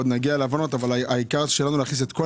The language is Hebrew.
עוד נגיע לפני כן להבנות אבל שנוכל להכניס את כל